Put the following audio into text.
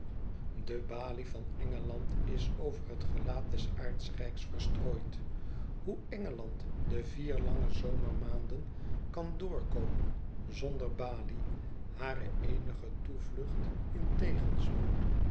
de balie van engeland is over het gelaat des aardrijks verstrooid hoe engeland de vier lange zomermaanden kan doorkomen zonder balie hare eenige toevlucht in tegenspoed